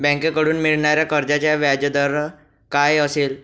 बँकेकडून मिळणाऱ्या कर्जाचा व्याजदर काय असेल?